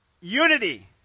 unity